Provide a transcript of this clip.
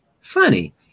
Funny